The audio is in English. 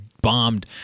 bombed